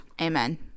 Amen